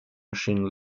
machine